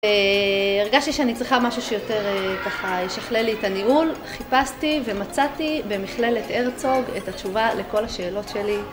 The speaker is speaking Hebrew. הרגשתי שאני צריכה משהו שיותר ככה ישכלל לי את הניהול, חיפשתי ומצאתי במכללת הרצוג את התשובה לכל השאלות שלי